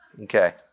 Okay